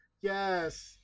Yes